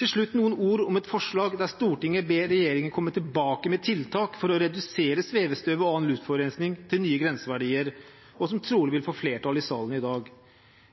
Til slutt noen ord om et forslag til vedtak der Stortinget ber regjeringen komme tilbake med tiltak for å redusere svevestøv og annen luftforurensning til nye grenseverdier, som trolig vil få flertall i salen i dag.